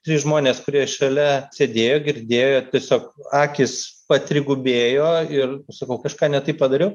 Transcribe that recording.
trys žmonės kurie šalia sėdėjo girdėjo tiesiog akys patrigubėjo ir sakau kažką ne taip padariau